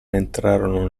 entrarono